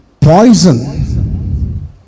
Poison